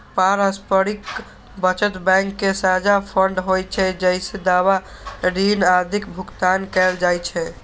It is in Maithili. पारस्परिक बचत बैंक के साझा फंड होइ छै, जइसे दावा, ऋण आदिक भुगतान कैल जाइ छै